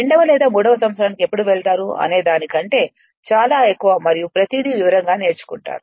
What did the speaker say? రెండవ లేదా మూడవ సంవత్సరానికి ఎప్పుడు వెళ్తారు అనేదాని కంటే చాలా ఎక్కువ మరియు ప్రతిదీ వివరంగా నేర్చుకుంటారు